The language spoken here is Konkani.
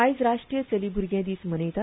आयज राष्ट्रीय चली भ्रगें दीस मनयतात